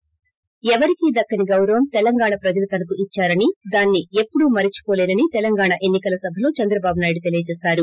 ి ఎవరికీ దక్కని గౌరవం తెలంగాణ ప్రజలు తనకు ఇచ్చారని దాన్ని ఎప్పుడూ మరిచిపోలేనని తెలంగాణ ఎన్ని కల సభలో చంద్రబాబు నాయుడు చెప్పారు